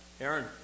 Aaron